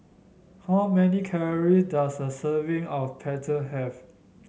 how many calorie does a serving of Pretzel have